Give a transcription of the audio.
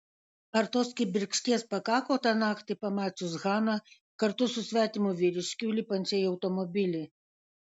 ar tos kibirkšties pakako tą naktį pamačius haną kartu su svetimu vyriškiu lipančią į automobilį